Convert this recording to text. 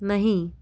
नहीं